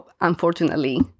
unfortunately